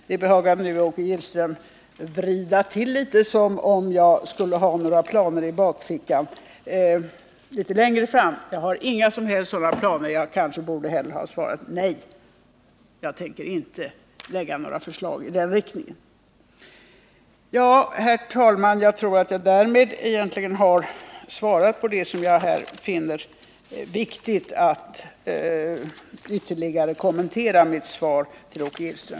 Det behagade Åke Gillström vrida till litet, så att det skulle betyda att jag hade planer i bakfickan för avveckling litet längre fram. Jag har inga som helst sådana planer. Jag borde kanske hellre ha svarat att jag inte tänker lägga fram några förslag i den riktningen. Herr talman! Jag tror att jag därmed har sagt det jag fann viktigt att tillägga till mitt svar till Åke Gillström.